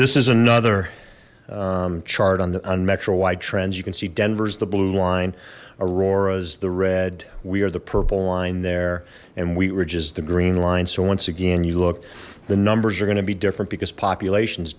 this is another chart on the on metro wide trends you can see denver's the blue line aurora's the red we are the purple line there and wheatridge is the green line so once again you look the numbers are going to be different because population is